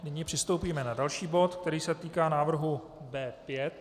Nyní přistoupíme na další bod, který se týká návrhu B5.